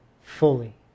fully